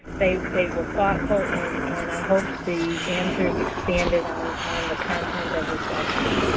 they they were thoughtful and and i hope the answers expanded on on the content of this session.